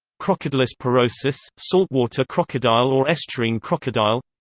crocodylus porosus, saltwater crocodile or estuarine crocodile